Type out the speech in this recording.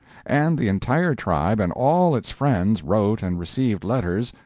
and the entire tribe and all its friends wrote and received letters,